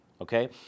Okay